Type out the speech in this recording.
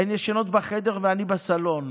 הן ישנות בחדר ואני בסלון.